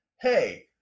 hey